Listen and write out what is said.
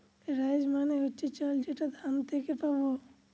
rice মানে হচ্ছে চাল যেটা ধান থেকে পাবো